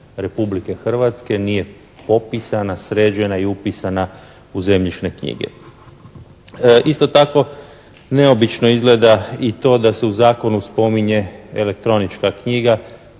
Republike Hrvatske nije popisana, sređena i upisana u zemljišne knjige. Isto tako neobično izgleda i to da se u Zakonu spominje elektronička knjiga